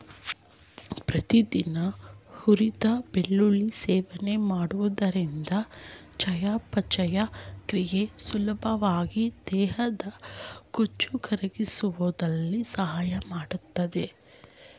ಪ್ರತಿದಿನ ಹುರಿದ ಬೆಳ್ಳುಳ್ಳಿ ಸೇವನೆ ಮಾಡುವುದರಿಂದ ಚಯಾಪಚಯ ಕ್ರಿಯೆ ಸುಲಭವಾಗಿ ದೇಹದ ಬೊಜ್ಜು ಕರಗಿಸುವಲ್ಲಿ ಸಹಾಯ ಮಾಡ್ತದೆ